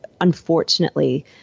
unfortunately